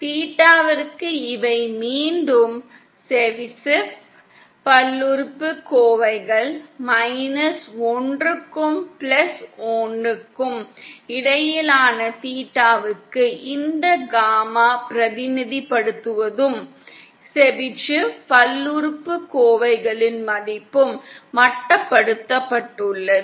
தீட்டாவிற்கு இவை மீண்டும் செவ்ஸிஃப் பல்லுறுப்புக்கோவைகள் மைனஸ் ஒன்றுக்கும் பிளஸ் ஒனுக்கும் இடையிலான தீட்டாவுக்கு இந்த காமா பிரதிநிதித்துவப்படுத்தும் செபிஷேவ் பல்லுறுப்புக்கோவைகளின் மதிப்பும் மட்டுப்படுத்தப்பட்டுள்ளது